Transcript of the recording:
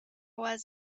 was